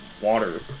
water